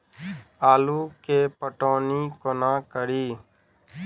आलु केँ पटौनी कोना कड़ी?